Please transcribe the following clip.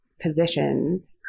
positions